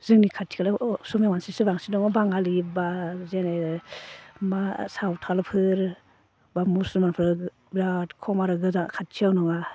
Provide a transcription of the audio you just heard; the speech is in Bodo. जोंनि खाथि खालायाव असमिया मानसिसो बांसिन दङ बाङालि बा जेरै मा सावथालफोर बा मुसलमानफोर बिराद खम आरो गोजान खाथियाव नङा